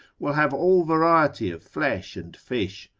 will have all variety of flesh and fish,